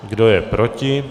Kdo je proti?